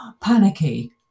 panicky